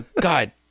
God